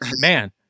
man